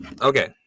Okay